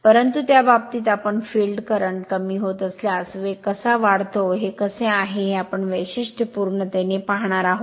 परंतु त्या बाबतीत आम्ही फील्ड करंट कमी होत असल्यास वेग कसा वाढतो हे कसे आहे हे आपण वैशिष्ट्यपूर्णतेने पाहणार आहोत